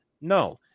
No